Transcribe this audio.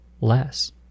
less